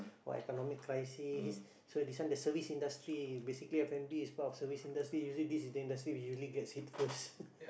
or economic crisis so this one the service industry basically f-and-b is part of service industry usually this is the industry that usually gets hit first